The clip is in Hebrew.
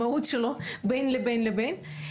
המהות שלו הוא בין לבין לבין.